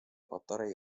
patarei